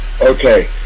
okay